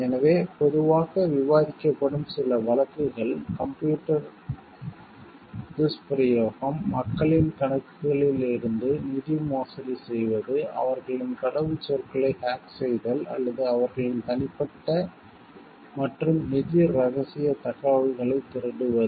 எனவே பொதுவாக விவாதிக்கப்படும் சில வழக்குகள் கம்ப்யூட்டர் துஷ்பிரயோகம் மக்களின் கணக்குகளில் இருந்து நிதி மோசடி செய்வது அவர்களின் கடவுச்சொற்களை ஹேக் செய்தல் அல்லது அவர்களின் தனிப்பட்ட மற்றும் நிதி ரகசிய தகவல்களை திருடுவது